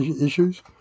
issues